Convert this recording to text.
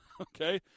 Okay